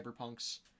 Cyberpunk's